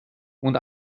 und